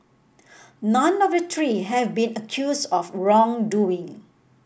none of the three have been accused of wrongdoing